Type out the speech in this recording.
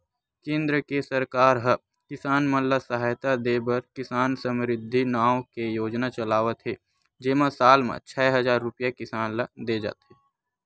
केंद्र के सरकार ह किसान मन ल सहायता देबर किसान समरिद्धि नाव के योजना चलावत हे जेमा साल म छै हजार रूपिया किसान ल दे जाथे